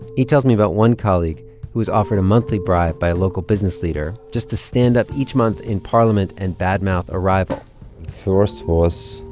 he tells me about one colleague who was offered a monthly bribe by a local business leader just to stand up each month in parliament and bad-mouth a rival was,